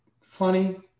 funny